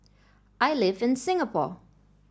I live in Singapore